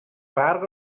فرق